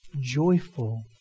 joyful